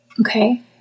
okay